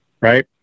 right